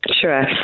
Sure